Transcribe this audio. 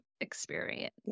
experience